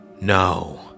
no